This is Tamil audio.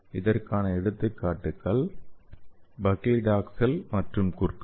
இதற்கான எடுத்துக்காட்டுகள் பக்லிடாக்செல் மற்றும் குர்குமின்